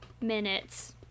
minutes